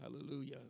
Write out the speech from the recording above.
Hallelujah